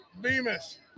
Bemis